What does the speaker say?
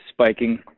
spiking